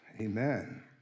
amen